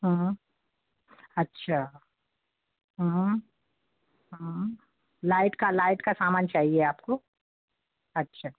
हाँ अच्छा हाँ हाँ लाइट का लाइट का सामान चाहिए आपको अच्छा